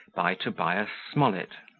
by tobias smollett